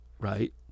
right